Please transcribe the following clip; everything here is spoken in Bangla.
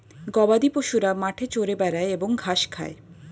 গবাদিপশুরা মাঠে চরে বেড়ায় এবং ঘাস খায়